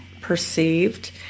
perceived